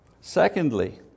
Secondly